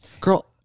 Girl